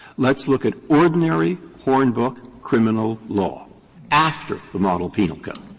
let's look at ordinary hornbook criminal law after the model penal code.